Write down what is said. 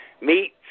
meet